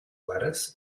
lettuce